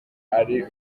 ari